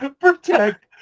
Protect